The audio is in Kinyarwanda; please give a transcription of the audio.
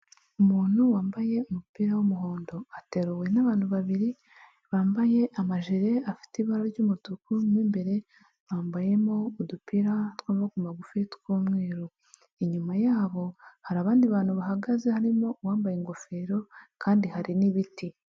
Umuntu wambaye umupira w'umuhondo, ateruwe n'abantu babiri, bambaye amajire afite ibara ry'umutuku, mo imbere bambayemo udupira tw'amaboko magufi tw'umweru, inyuma yabo hari abandi bantu bahagaze harimo uwambaye ingofero, kandi hari n'ibiti.